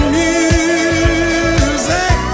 music